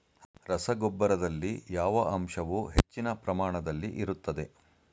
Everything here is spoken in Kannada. ರಸಗೊಬ್ಬರದಲ್ಲಿ ಯಾವ ಅಂಶವು ಹೆಚ್ಚಿನ ಪ್ರಮಾಣದಲ್ಲಿ ಇರುತ್ತದೆ?